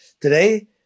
Today